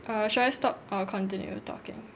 err should I stop or continue talking